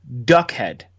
Duckhead